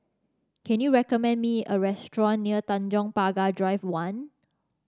can you recommend me a restaurant near Tanjong Pagar Drive One